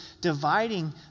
dividing